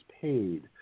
paid